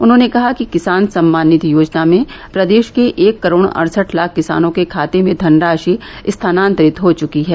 उन्होंने कहा कि किसान सम्मान निधि योजना में प्रदेश के एक करोड़ अडसठ लाख किसानों के खाते में धनराशि स्थानांतरित हो चुकी है